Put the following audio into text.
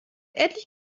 endlich